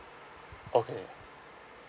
okay